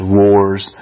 wars